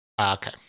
Okay